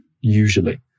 usually